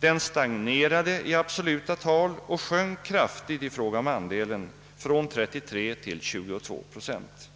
Den stagnerade i absoluta tal och sjönk kraftigt i fråga om andelen — från 33 till 22 procent.